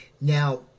Now